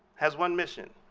has one mission,